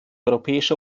europäische